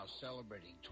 celebrating